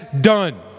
done